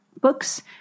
books